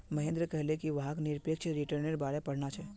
महेंद्र कहले कि वहाक् निरपेक्ष रिटर्न्नेर बारे पढ़ना छ